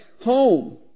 home